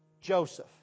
Joseph